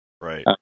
Right